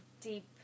deep